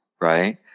Right